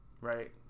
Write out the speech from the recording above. right